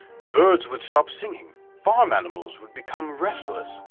the birds would stop singing, farm animals would become restless,